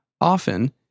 Often